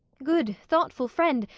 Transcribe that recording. good thoughtful friend,